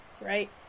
Right